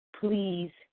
please